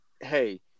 hey